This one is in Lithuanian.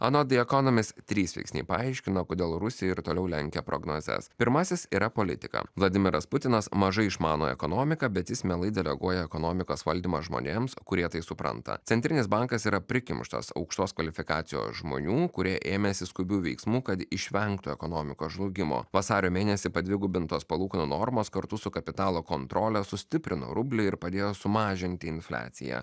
anot the economist trys veiksniai paaiškina kodėl rusija ir toliau lenkia prognozes pirmasis yra politika vladimiras putinas mažai išmano ekonomiką bet jis mielai deleguoja ekonomikos valdymą žmonėms kurie tai supranta centrinis bankas yra prikimštas aukštos kvalifikacijos žmonių kurie ėmėsi skubių veiksmų kad išvengtų ekonomikos žlugimo vasario mėnesį padvigubintos palūkanų normos kartu su kapitalo kontrolę sustiprino rublį ir padėjo sumažinti infliaciją